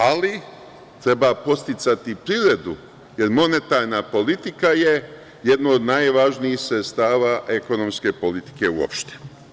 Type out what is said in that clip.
Ali, treba podsticati privredu, jer je monetarna politika jedno od najvažnijih sredstava ekonomske politike uopšte.